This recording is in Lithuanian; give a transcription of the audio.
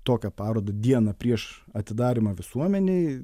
tokią parodą dieną prieš atidarymą visuomenei